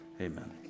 Amen